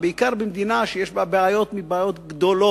בעיקר במדינה שיש בה בעיות גדולות,